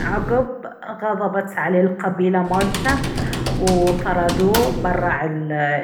عقب غضبت عليه القبيلة مالته وطردوه برع